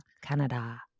Canada